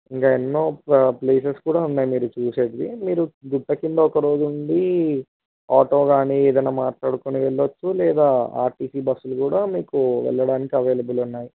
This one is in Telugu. ఇంకా ఎన్నో ప్లేసెస్ కూడా ఉన్నాయి మీరు చూసేవి మీరు గుట్ట క్రింద ఒకరోజు ఉండి ఆటో కానీ ఏదైనా మాట్లాడుకొని వెళ్ళవచ్చు లేదా ఆర్టీసీ బస్సులు కూడా మీకు వెళ్ళడానికి అవైలబుల్ ఉన్నాయి